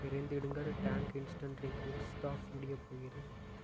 விரைந்திடுங்கள் Tang instant drink mix stock முடியப் போகிறது